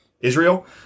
Israel